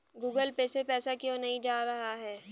Google Pay से पैसा क्यों नहीं जा रहा है?